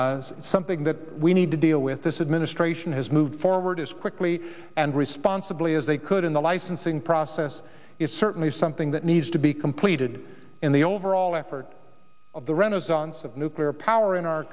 and something that we need to deal with this administration has moved forward as quickly and responsibly as they could in the licensing process is certainly something that needs to be completed in the overall effort of the renaissance of nuclear power in our